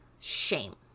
shame